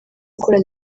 akora